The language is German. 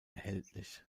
erhältlich